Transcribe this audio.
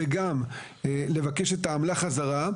וגם לבקש את העמלה חזרה.